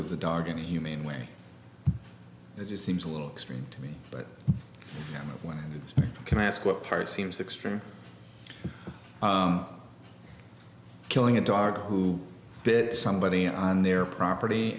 of the dog and humane way it just seems a little extreme to me but one can ask what part seems extreme killing a dog who bit somebody on their property